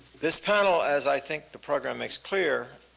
this panel, as i think the program is clear,